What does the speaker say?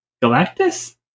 Galactus